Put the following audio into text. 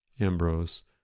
Ambrose